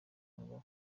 ngo